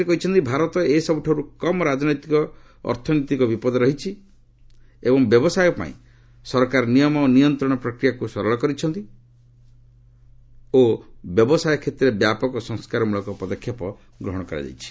ସେ କହିଛନ୍ତି ଭାରତ ଏ ସବୁଠାରୁ କମ୍ ରାଜନୈତିକ ଅର୍ଥନୀତି ବିପଦ ରହିଛି ଏବଂ ବ୍ୟବସାୟ ପାଇଁ ସରକାର ନିୟମ ଓ ନିୟନ୍ତ୍ରଣ ପ୍ରକ୍ରିୟାକୁ ସରଳ କରିଛନ୍ତି ଏବଂ ବ୍ୟବସାୟ କ୍ଷେତ୍ରରେ ବ୍ୟାପକ ସଂସ୍କାର ମୂଳକ ପଦକ୍ଷେପ ଗ୍ରହଣ କରିଛନ୍ତି